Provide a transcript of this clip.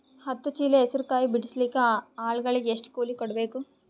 ಹತ್ತು ಚೀಲ ಹೆಸರು ಕಾಯಿ ಬಿಡಸಲಿಕ ಆಳಗಳಿಗೆ ಎಷ್ಟು ಕೂಲಿ ಕೊಡಬೇಕು?